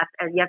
yes